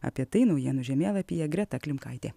apie tai naujienų žemėlapyje greta klimkaitė